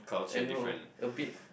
I know a bit